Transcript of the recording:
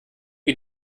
wie